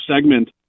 segment